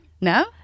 No